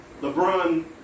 LeBron